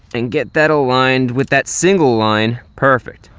and get that aligned with that single line. perfect.